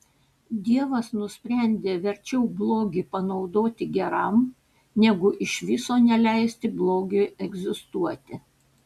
dievas nusprendė verčiau blogį panaudoti geram negu iš viso neleisti blogiui egzistuoti